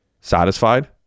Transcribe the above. Satisfied